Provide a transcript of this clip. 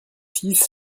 six